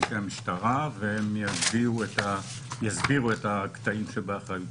אנשי המשטרה והם יסבירו את הקטעים שבאחריותם.